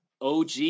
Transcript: OG